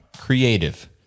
creative